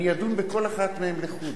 אני אדון בכל אחת מהן לחוד.